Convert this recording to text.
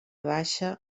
velocitat